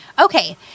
okay